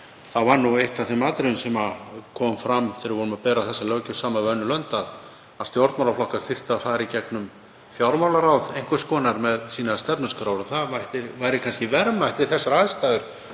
2015 var eitt af þeim atriðum sem komu fram þegar við vorum að bera þessa löggjöf saman við önnur lönd, að stjórnmálaflokkar þyrftu að fara í gegnum fjármálaráð einhvers konar með sínar stefnuskrár. Það væri kannski verðmætt við þessar aðstæður